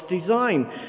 design